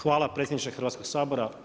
Hvala predsjedniče Hrvatskog sabora.